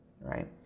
right